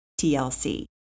TLC